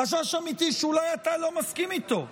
חשש אמיתי, שאולי אתה לא מסכים איתו,